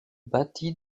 bâti